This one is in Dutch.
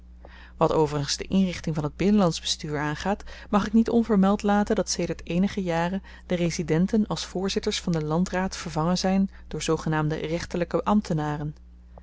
wat overigens de inrichting van het binnenl bestuur aangaat mag ik niet onvermeld laten dat sedert eenige jaren de residenten als voorzitters van den landraad vervangen zyn door z g n rechterlyke ambtenaren